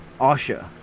asha